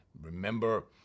Remember